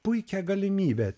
puikią galimybę